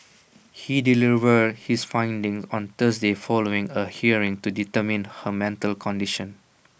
he delivered his findings on Thursday following A hearing to determine her mental condition